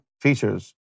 features